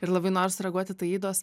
ir labai noriu sureaguot į taidos